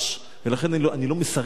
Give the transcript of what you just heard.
ולכן אני לא מסרב לגנות,